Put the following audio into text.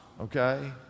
okay